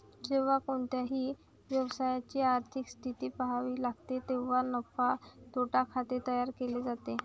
जेव्हा कोणत्याही व्यवसायाची आर्थिक स्थिती पहावी लागते तेव्हा नफा तोटा खाते तयार केले जाते